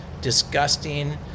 disgusting